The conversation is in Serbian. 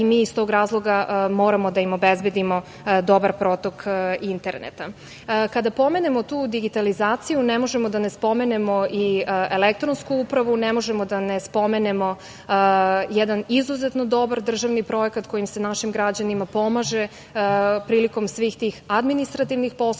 i mi iz tog razloga moramo da im obezbedimo dobar protok interneta. Kada pomenemo tu digitalizaciju ne možemo da ne spomenemo i elektronsku upravu, ne možemo da ne spomenemo jedan izuzetno dobar državni projekat kojim se našim građanima pomaže prilikom svih tih administrativnih poslova,